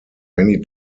many